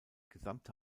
gesamte